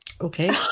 okay